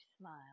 smile